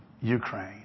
Ukraine